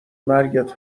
مرگت